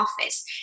office